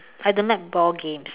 I don't like ball games